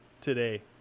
today